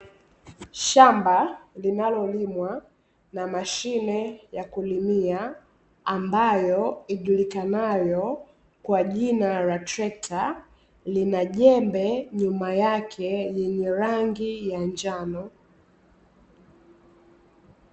Shamba linalolimwa na mashine ya kulimia, ambayo ijulikanayo kwa jina la trekta na jembe nyuma yake lenye rangi ya njano.